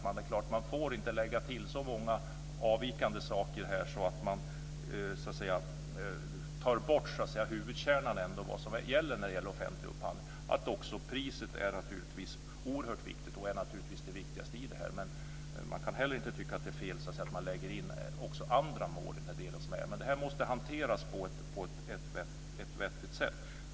Man får ju inte lägga till så många avvikande saker att man tar bort huvudkärnan när det gäller offentlig upphandling, nämligen att priset naturligtvis är oerhört viktigt. Det är naturligtvis det viktigaste i det här. Men man kan heller inte tycka att det är fel att man också lägger in andra mål, men det här måste hanteras på ett vettigt sätt.